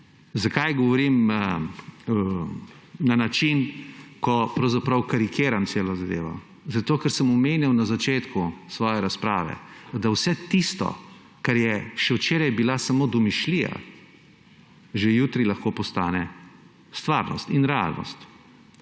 Zakaj govorim na način, ko pravzaprav karikiram celo zadevo? Zato ker sem omenil na začetku svoje razprave, da vse tisto, kar je še včeraj bila samo domišljija, že jutri lahko postane stvarnost in realnost.